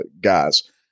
guys